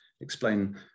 explain